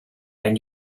and